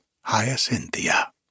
Hyacinthia